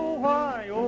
why i